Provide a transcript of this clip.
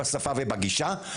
בשפה ובגישה,